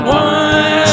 one